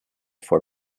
for